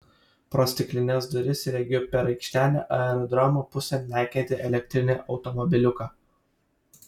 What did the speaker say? pro stiklines duris regiu per aikštelę aerodromo pusėn lekiantį elektrinį automobiliuką